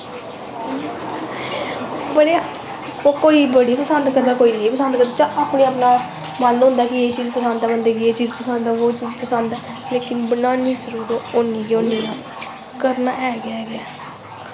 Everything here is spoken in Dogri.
बड़ी कोई बड़ी पसंद करदा कोई नेंई पसंद करदा चल मन होंदा कि एह् पसंद बंदे गी एह् पसंद ऐ लेकिन बनानी जरूर होनी गै होनी आं करनां है गै है ऐ